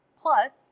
plus